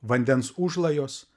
vandens užlajos